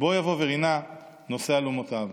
בא יבֹא ברִנה נֹשא אלֻמֹּתיו".